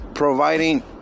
Providing